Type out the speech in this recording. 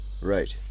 Right